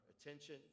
attention